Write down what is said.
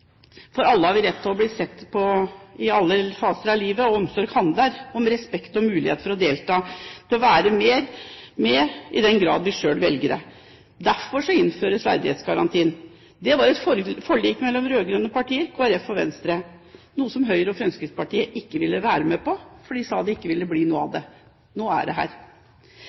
har alle rett på å bli sett i alle faser av livet. Omsorg handler om respekt og mulighet til å delta – til å være med i den grad vi selv velger det. Derfor innføres verdighetsgarantien. Det var et forlik mellom de rød-grønne partiene, Kristelig Folkeparti og Venstre, noe som Høyre og Fremskrittspartiet ikke ville være med på, fordi de sa at det ikke ville bli noe av. Nå er det her.